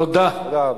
תודה רבה.